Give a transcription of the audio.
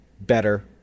better